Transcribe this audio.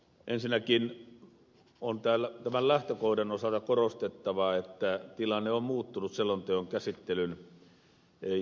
ensinnäkin on tämän lähtökohdan osalta korostettava että tilanne on muuttunut selonteon käsittelyn jälkeen